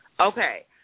Okay